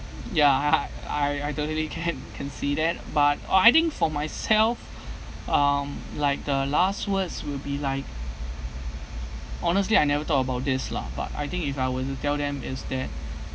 ya I I I totally can can see that but oh I think for myself um like the last words will be like honestly I never thought about this lah but I think if I were to tell them is that